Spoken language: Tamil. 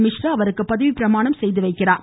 மிஸ்ரா அவருக்கு பதவிப்பிரமாணம் செய்து வைக்கிறார்